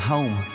Home